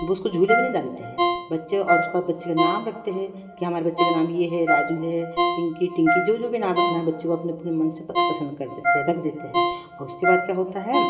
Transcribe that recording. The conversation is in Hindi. वो उसको झूले में नहीं डालते हैं बच्चे और उसका बच्चे का नाम रखते हैं कि हमारे बच्चे का नाम ये है राजू है पिंकी टिंकी जो जो भी नाम रखना है बच्चे का अपने अपने मन से पसंद कर देते हैं रख देते हैं और उसके बाद क्या होता है